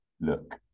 Look